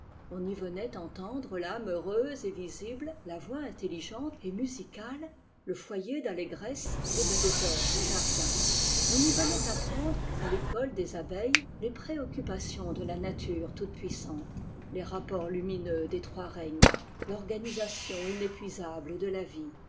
on y venait entendre tâme heureuse et visible la voix intelligeite et musicale le foyer d'allégresse des belles heures du jardin on y venait apprendre à l'école des abeilles les préoccupations de la nature toute-puissante les rapports lumineux des trois règnes l'organisation inépuisable de la vie